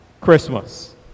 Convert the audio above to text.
Christmas